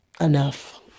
enough